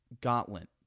gauntlet